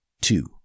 two